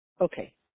Okay